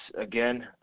again